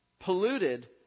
polluted